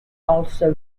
also